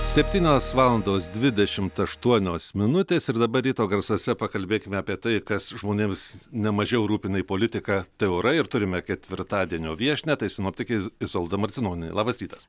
septynios valandos dvidešimt aštuonios minutės ir dabar ryto garsuose pakalbėkime apie tai kas žmonėms ne mažiau rūpi nei politika tai orai ir turime ketvirtadienio viešnią tai sinoptikė iz izolda marcinonienė labas rytas